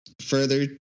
further